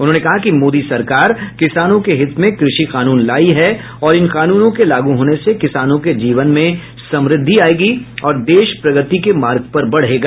उन्होंने कहा कि मोदी सरकार किसानों के हित में कृषि कानून लायी है और इन कानूनों के लागू होने से किसानों के जीवन में समृद्धि आयेगी और देश प्रगति के मार्ग पर बढ़ेगा